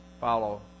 follow